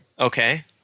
Okay